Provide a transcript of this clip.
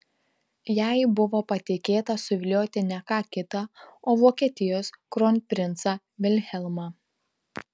jai buvo patikėta suvilioti ne ką kitą o vokietijos kronprincą vilhelmą